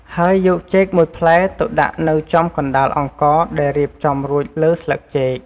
ហើយយកចេក ១ផ្លែទៅដាក់នៅចំកណ្តាលអង្ករដែលរៀបចំរួចលើស្លឹកចេក។